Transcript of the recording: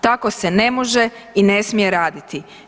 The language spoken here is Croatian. Tako se ne može i ne smije raditi.